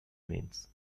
means